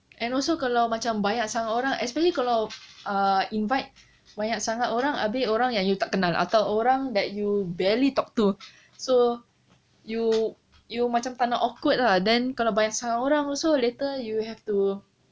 and also kalau macam banyak sangat orang especially kalau invite banyak sangat orang abeh orang yang you tak kenal atau orang yang that you barely talk to so you macam tak nak awkward lah then kalau banyak sangat orang also later you have to